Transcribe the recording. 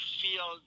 feel